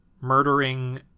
murdering